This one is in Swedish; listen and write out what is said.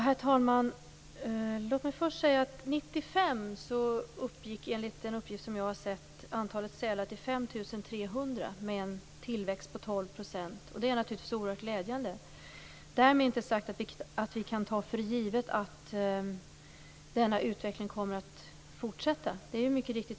Herr talman! År 1995 uppgick, enligt den uppgift jag har sett, antalet sälar till 5 300 med en tillväxt på 12 %. Det är naturligtvis oerhört glädjande. Därmed inte sagt att vi kan ta för givet att denna utveckling kommer att fortsätta.